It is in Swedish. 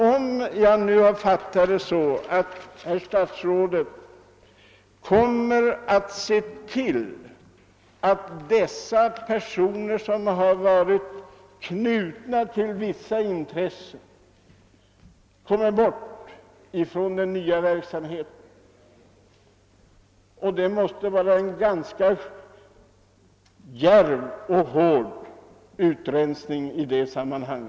Om jag fattat statsrådets besked rätt, kommer han att se till att en del personer, som haft förbindelse med vissa utomstående intressen, inte kommer i fråga för den nya verksamheten. Det måste bli en ganska djärv och hård utrensning i detta sammanhang.